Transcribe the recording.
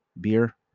beer